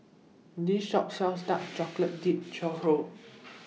This Shop sells Dark Chocolate Dipped Churro